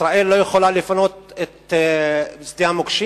ישראל לא יכולה לפנות את שדה המוקשים?